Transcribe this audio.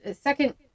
second